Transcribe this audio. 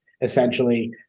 essentially